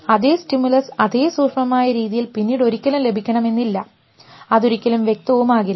അതേ സ്റ്റിമുലസ് അതേ സൂക്ഷ്മമായ രീതിയിൽ പിന്നീടൊരിക്കലും ലഭിക്കണമെന്നില്ല അതൊരിക്കലും വ്യക്തവും ആകില്ല